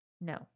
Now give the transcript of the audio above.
No